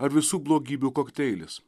ar visų blogybių kokteilis